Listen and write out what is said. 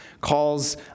calls